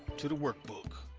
to the workbook.